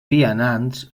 vianants